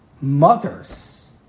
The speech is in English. mothers